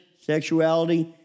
sexuality